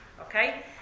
Okay